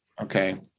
okay